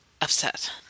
upset